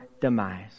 demise